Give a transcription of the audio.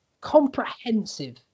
comprehensive